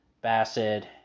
Bassett